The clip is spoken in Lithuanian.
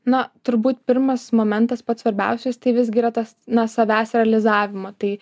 na turbūt pirmas momentas pats svarbiausias tai visgi yra tas na savęs realizavimą tai